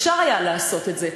אפשר היה לעשות את זה.